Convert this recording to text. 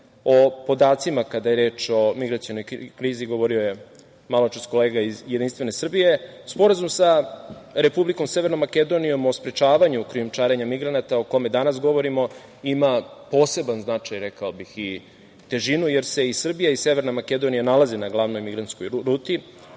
O podacima kada je reč o migracionoj krizi govorio je maločas kolega iz Jedinstvene Srbije. Sporazum sa Republikom Severnom Makedonijom o sprečavanju krijumčarenja migranata, o kome danas govorimo, ima poseban značaj, rekao bih i težinu, jer se i Srbija i Severna Makedonija nalaze na glavnoj migrantskoj ruti. Ovaj